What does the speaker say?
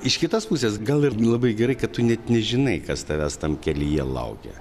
iš kitos pusės gal ir labai gerai kad tu net nežinai kas tavęs tam kelyje laukia